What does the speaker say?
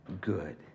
good